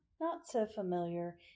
not-so-familiar